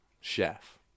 chef